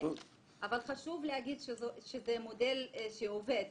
כן, אבל חשוב להגיד שזה מודל שעובד.